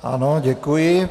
Ano, děkuji.